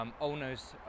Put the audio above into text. owners